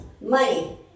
money